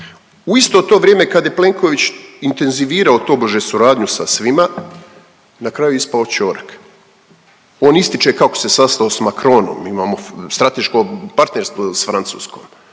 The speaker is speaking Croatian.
U isto to vrijeme kad je Plenković intenzivirao tobože suradnju sa svima, na kraju ispao ćorak. On ističe kako se sastao s Macronom, imamo strateško partnerstvo s Francuskom,